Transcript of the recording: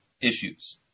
issues